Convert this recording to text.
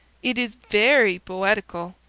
id is fery boedigal!